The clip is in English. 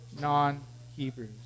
non-hebrews